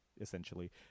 essentially